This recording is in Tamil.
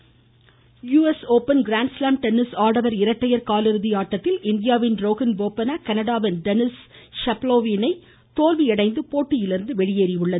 U S open U S open grand slam tennis ஆடவர் இரட்டையர் காலிறுதி ஆட்டத்தில் இந்தியாவின் ரோஹன் போபன்னா கனடாவின் டெனிஸ் ஷெபவ்லோவ் இணை தோல்வி அடைந்து போட்டியிலிருந்து வெளியேறியுள்ளது